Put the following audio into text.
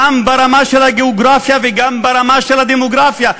גם ברמה של הגיאוגרפיה וגם ברמה של הדמוגרפיה,